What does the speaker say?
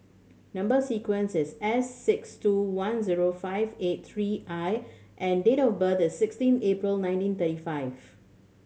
number sequence is S six two one zero five eight three I and date of birth is sixteen April nineteen thirty five